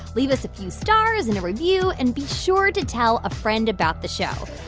leave us a few stars and a review. and be sure to tell a friend about the show.